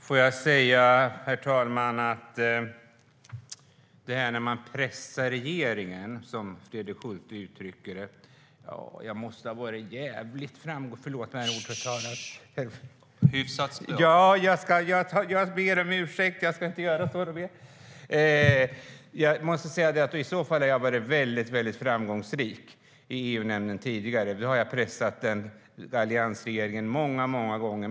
Herr talman! Först om detta med att pressa regeringen, som Fredrik Schulte uttrycker det. Jag måste ha varit jävligt framgå. Förlåt mig! Jag ber om ursäkt - jag ska inte göra så mer!I så fall har jag varit väldigt framgångsrik i EU-nämnden tidigare, för då har jag pressat alliansregeringen många gånger.